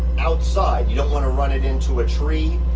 outside. you don't wanna run it into a tree.